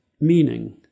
meaning